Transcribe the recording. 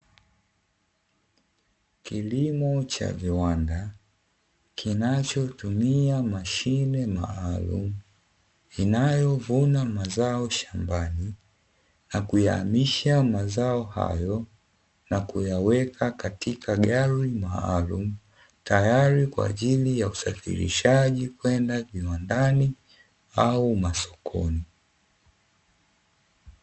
Kilimo cha viwanda kinachotumia mashine maalum inayovuna mazao shambani na kuhamisha mazao hayo na kuyaweka katika gari maalum tayari kwa ajili ya usafirishaji kwenda viwandani au masokoni.